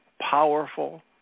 powerful